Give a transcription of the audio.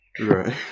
Right